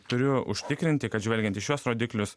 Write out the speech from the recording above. turiu užtikrinti kad žvelgiant į šiuos rodiklius